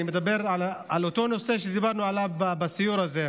אני מדבר על אותו נושא שדיברנו עליו בסיור הזה,